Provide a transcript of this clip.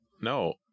No